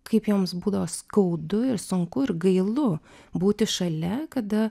kaip joms būdavo skaudu ir sunku ir gailu būti šalia kada